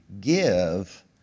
give